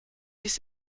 this